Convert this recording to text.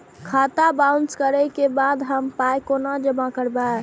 खाता बाउंस करै के बाद हम पाय कोना जमा करबै?